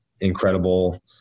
incredible